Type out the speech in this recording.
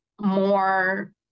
more